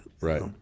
Right